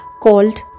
called